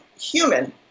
human